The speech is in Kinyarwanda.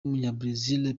w’umunyabrazil